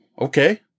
okay